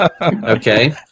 Okay